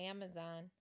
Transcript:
Amazon